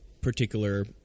particular